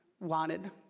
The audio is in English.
wanted